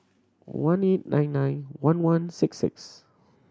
one eight nine nine one one six six